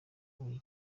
buri